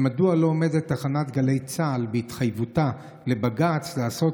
מדוע תחנת גלי צה"ל לא עומדת בהתחייבותה לבג"ץ לעשות